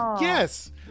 yes